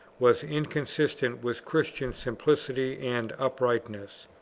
was inconsistent with christian simplicity and uprightness.